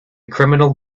criminal